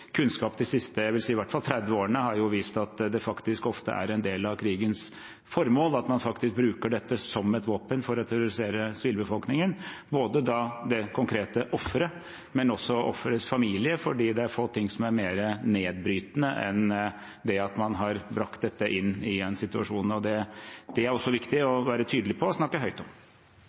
Kunnskap fra i hvert fall de siste 30 årene har vist at det faktisk ofte er en del av krigens formål at man faktisk bruker dette som et våpen for å terrorisere sivilbefolkningen – det konkrete offeret, men også offerets familie, fordi det er få ting som er mer nedbrytende enn det at man har brakt dette inn i en situasjon. Det er det også viktig å være tydelig på og snakke høyt om.